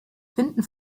finden